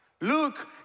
Look